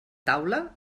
taula